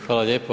Hvala lijepo.